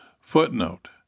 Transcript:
Footnote